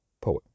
poet